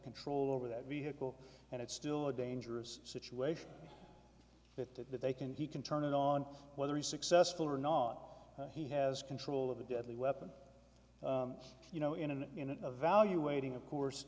control over that vehicle and it's still a dangerous situation that that they can he can turn it on whether he's successful or not he has control of a deadly weapon you know in an in a value waiting of course